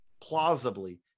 Plausibly